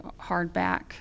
hardback